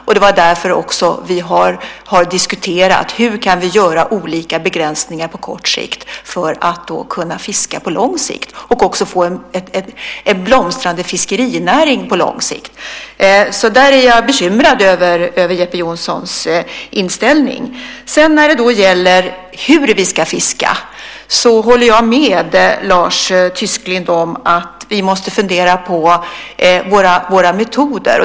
Det är också därför vi har diskuterat hur vi kan göra olika begränsningar på kort sikt för att kunna fiska på lång sikt och också få en blomstrande fiskerinäring på lång sikt. Där är jag bekymrad över Jeppe Johnssons inställning. När det gäller hur vi ska fiska håller jag med Lars Tysklind om att vi måste fundera på våra metoder.